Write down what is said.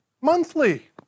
Monthly